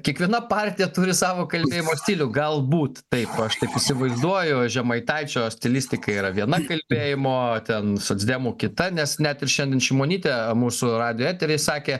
kiekviena partija turi savo kalbėjimo stilių galbūt taip aš taip įsivaizduoju žemaitaičio stilistika yra viena kalbėjimo ten socdemų kita nes net ir šiandien šimonytė mūsų radijo etery sakė